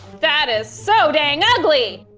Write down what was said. that is so dang ugly!